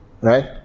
right